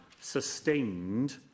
sustained